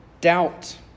doubt